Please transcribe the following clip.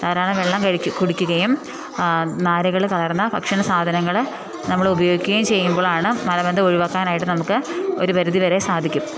ധാരാളം വെള്ളം കുടിക്കുകയും നാരുകൾ കലർന്ന ഭക്ഷണ സാധനങ്ങൾ നമ്മൾ ഉപയോഗിക്കുകയും ചെയ്യുമ്പോഴാണ് മലബന്ധം ഒഴിവാക്കാനായിട്ട് നമുക്ക് ഒരു പരിധി വരെ സാധിക്കും